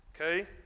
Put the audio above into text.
Okay